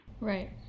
right